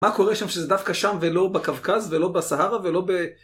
מה קורה שם שזה דווקא שם ולא בקווקז, ולא בסהרה, ולא ב...